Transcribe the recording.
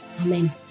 Amen